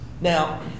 Now